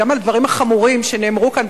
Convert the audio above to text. גם על הדברים החמורים שנאמרו כאן,